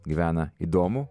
gyvena įdomų